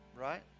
right